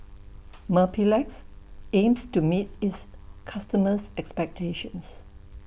Mepilex aims to meet its customers' expectations